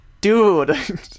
dude